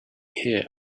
here